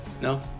No